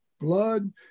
blood